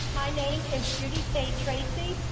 my name is judy kay tracy.